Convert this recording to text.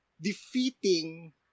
defeating